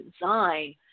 design